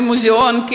למוזיאון.